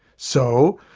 so,